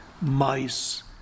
mice